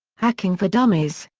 hacking for dummies.